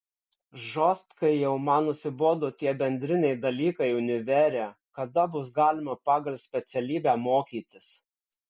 žostkai jau man nusibodo tie bendriniai dalykai univere kada bus galima pagal specialybę mokytis